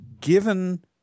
given